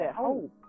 hope